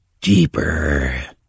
deeper